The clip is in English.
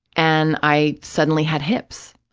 and i suddenly had hips.